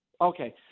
Okay